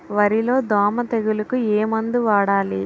వరిలో దోమ తెగులుకు ఏమందు వాడాలి?